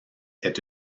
est